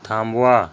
थांबवा